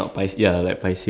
ya